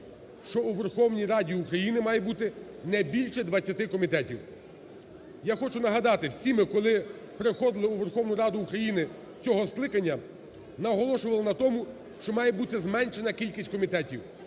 що у Верховній Раді України має бути не більше 20 комітетів. Я хочу нагадати: всі ми, коли приходили у Верховну Раду України цього скликання, наголошували на тому, що має бути зменшена кількість комітетів.